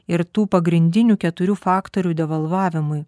ir tų pagrindinių keturių faktorių devalvavimui